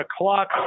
o'clock